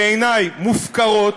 בעיני מופקרות,